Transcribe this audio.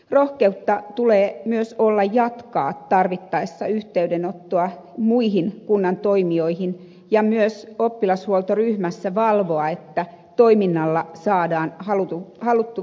rohkeutta tulee myös olla jatkaa tarvittaessa yhteydenottoa muihin kunnan toimijoihin ja myös oppilashuoltoryhmässä valvoa että toiminnalla saadaan haluttu vaikutus aikaan